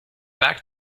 back